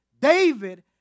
David